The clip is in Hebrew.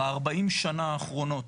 ב-40 שנה האחרונות,